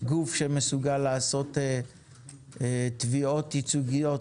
גוף שמסוגל לעשות תביעות ייצוגיות,